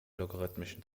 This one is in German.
logarithmischen